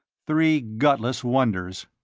three gutless wonders.